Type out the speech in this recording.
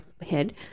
head